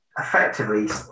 effectively